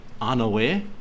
unaware